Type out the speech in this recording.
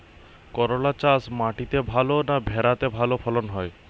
করলা চাষ মাটিতে ভালো না ভেরাতে ভালো ফলন হয়?